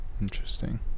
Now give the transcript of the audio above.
Interesting